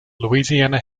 louisiana